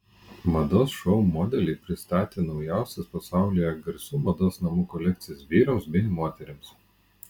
mados šou modeliai pristatė naujausias pasaulyje garsių mados namų kolekcijas vyrams bei moterims